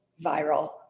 viral